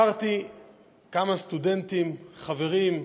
הכרתי כמה סטודנטים, חברים,